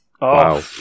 Wow